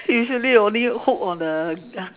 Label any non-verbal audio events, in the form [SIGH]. usually I only hook on the [NOISE]